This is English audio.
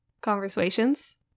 Conversations